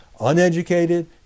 uneducated